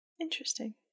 interesting